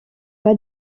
pas